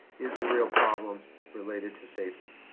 is a real problem related to safety.